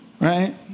Right